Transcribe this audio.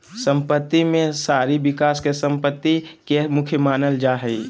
सम्पत्ति में शहरी विकास के सम्पत्ति के मुख्य मानल जा हइ